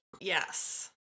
Yes